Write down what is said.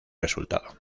resultado